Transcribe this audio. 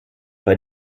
bei